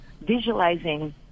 visualizing